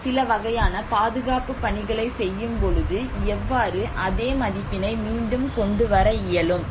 நான் சில வகையான பாதுகாப்பு பணிகளை செய்யும் பொழுது எவ்வாறு அதே மதிப்பினை மீண்டும் கொண்டு வர இயலும்